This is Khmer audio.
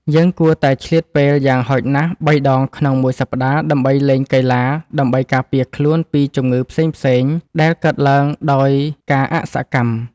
យើងគួរតែឆ្លៀតពេលយ៉ាងហោចណាស់បីដងក្នុងមួយសប្តាហ៍ដើម្បីលេងកីឡាដើម្បីការពារខ្លួនពីជំងឺផ្សេងៗដែលកើតឡើងដោយការអសកម្ម។